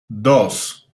dos